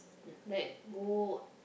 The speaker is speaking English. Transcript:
like go